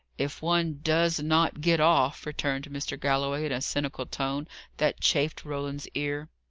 if one does not get off, returned mr. galloway, in a cynical tone that chafed roland's ear.